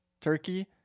Turkey